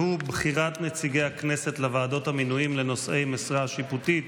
והוא בחירת נציגי הכנסת לוועדות המינויים לנושאי משרה שיפוטית.